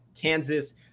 Kansas